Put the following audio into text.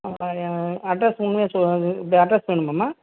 அப்புறம் அட்ரஸு இப்போ அட்ரஸு வேணுமாம்மா